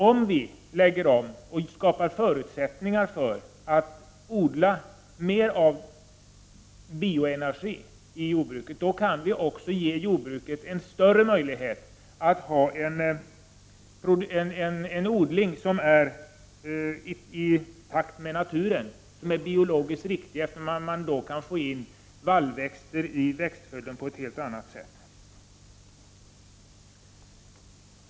Om vi gör omläggningar och skapar förutsättningar för att odla mera av bioenergi i jordbruket, kan vi också ge jordbruket en större möjlighet att bedriva en odling som är i pakt med naturen, dvs. biologiskt riktig med t.ex. vallväxter i växtföljden.